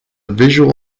visual